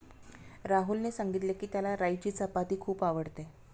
राहुलने सांगितले की, त्याला राईची चपाती खूप आवडते